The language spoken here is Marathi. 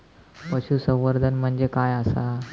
पशुसंवर्धन म्हणजे काय आसा?